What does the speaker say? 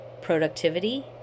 productivity